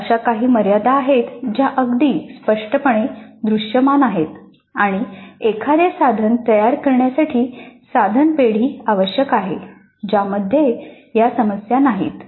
अशा काही मर्यादा आहेत ज्या अगदी स्पष्टपणे दृश्यमान आहेत आणि एखादे साधन तयार करण्यासाठी साधन पेढी आवश्यक आहे ज्यामध्ये या समस्या नाहीत